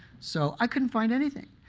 so i couldn't find anything.